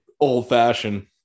old-fashioned